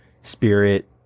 spirit